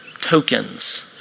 tokens